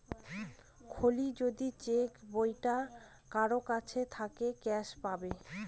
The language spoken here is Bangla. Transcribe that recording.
খালি যদি চেক বইটা কারোর কাছে থাকে ক্যাস পাবে